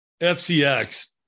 FCX